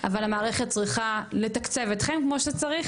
אבל המערכת צריכה לתקצב אתכם כמו שצריך